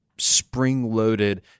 spring-loaded